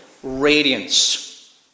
radiance